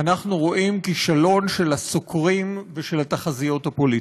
אנחנו רואים כישלון של הסוקרים ושל התחזיות הפוליטיות.